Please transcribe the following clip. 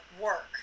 work